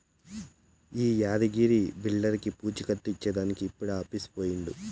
ఈ యాద్గగిరి బిల్డర్లకీ పూచీకత్తు ఇచ్చేదానికి ఇప్పుడే ఆఫీసుకు పోయినాడు